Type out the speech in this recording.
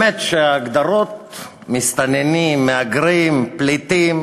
ההגדרות "מסתננים", "מהגרים", פליטים",